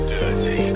dirty